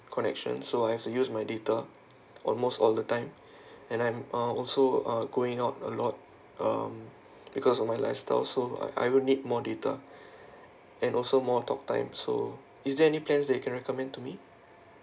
connection so I have to use my data almost all the time and I'm uh also uh going out a lot um because of my lifestyle so I I will need more data and also more talk time so is there any plans that you can recommend to me